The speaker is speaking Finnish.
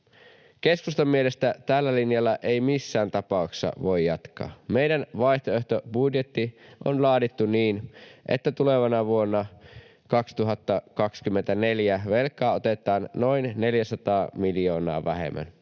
Keskustan mielestä tällä linjalla ei missään tapauksessa voi jatkaa. Meidän vaihtoehtobudjettimme on laadittu niin, että tulevana vuonna, 2024, velkaa otetaan noin 400 miljoonaa vähemmän